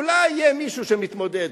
אולי יהיה מישהו שמתמודד.